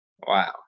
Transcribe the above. Wow